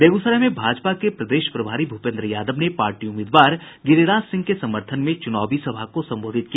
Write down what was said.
बेग्सराय में भाजपा के प्रदेश प्रभारी भूपेन्द्र यादव ने पार्टी उम्मीदवार गिरिराज सिंह के समर्थन में चुनावी सभा को संबोधित किया